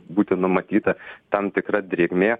būti numatyta tam tikra drėgmė